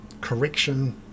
correction